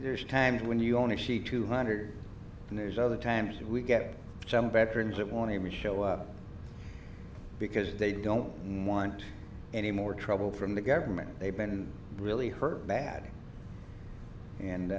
there's times when you only see two hundred and there's other times we get some better news that won't even show up because they don't want any more trouble from the government they've been really hurt bad and